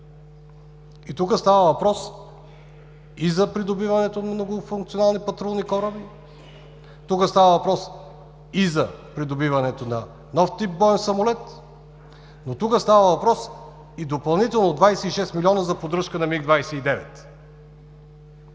Тук става въпрос и за придобиването на многофункционални патрулни кораби, става въпрос и за придобиването на нов тип боен самолет, но става въпрос и за допълнителни 26 млн. на МиГ-29.